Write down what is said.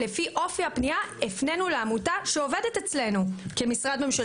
ולפי אופי הפנייה הפנינו לעמותה שעובדת אצלנו כמשרד ממשלתי.